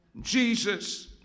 Jesus